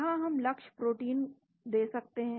यहाँ हम लक्ष्य प्रोटीन दे सकते हैं